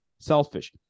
Selfish